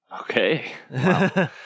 Okay